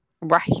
Right